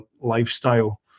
lifestyle